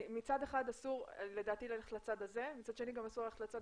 מצד אחד לדעתי אסור ללכת לצד הזה ומצד שני גם אסור ללכת לצד